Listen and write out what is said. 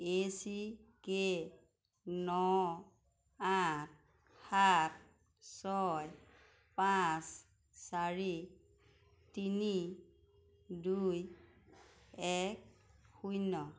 এ চি কে ন আঠ সাত ছয় পাঁচ চাৰি তিনি দুই এক শূন্য